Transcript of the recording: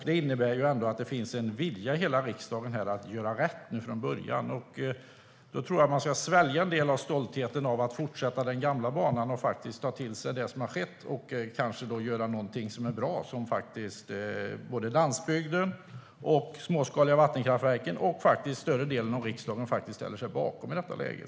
Det innebär ju att det finns en vilja i riksdagen att göra rätt från början, och då tror jag att man ska svälja en del av stoltheten när det gäller att fortsätta på den gamla banan och i stället ta till sig det som har skett och kanske göra någonting som är bra och som landsbygden, de småskaliga vattenkraftverken och faktiskt större delen av riksdagen ställer sig bakom i detta läge.